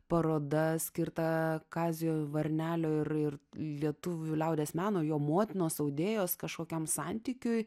paroda skirta kazio varnelio ir ir lietuvių liaudies meno jo motinos audėjos kažkokiam santykiui